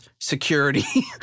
security